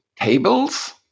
tables